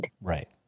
Right